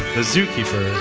the zookeeper.